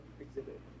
exhibit